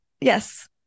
yes